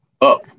up